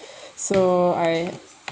so I